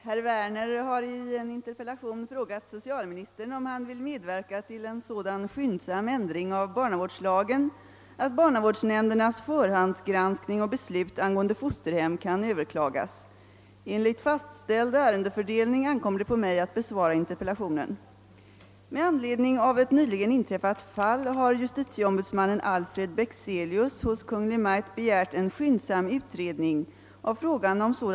Herr talman! Herr Werner har i en interpellation frågat socialministern om han vill medverka till en sådan skyndsam ändring av barnavårdslagen att barnavårdsnämndernas = förhandsgranskning och beslut angående fosterhem kan överklagas. Enligt fastställd ärendefördelning ankommer det på mig att besvara interpellationen.